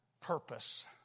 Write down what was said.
purpose